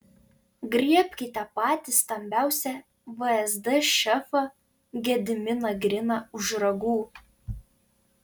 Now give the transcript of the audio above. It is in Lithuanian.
griebkite patį stambiausią vsd šefą gediminą griną už ragų